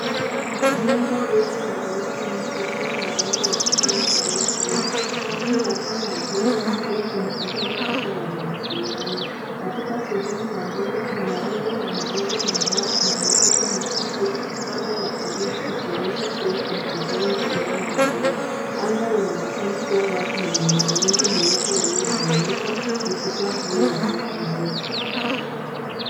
Jengo refu la ghorofa nyingi likiwa na rangi ya kijani ilioyokolea. Juu ya paa ya jengo hilo, kuna antena kubwa ya mawasiliano. Katika sehemu ya mbele kuna rundo la magogo ya mbao na mifuko michache, labda ya saruji, ikionyesha kuwa kuna ujenzi unaoendelea. Anga linaonekana kuwa wazi na lina mawingu meupe yaliyotawanyika likitoa hali ya hewa nzuri.